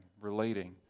relating